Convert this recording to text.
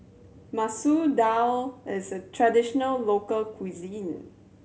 Masoor Dal is a traditional local cuisine